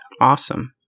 Awesome